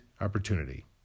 opportunity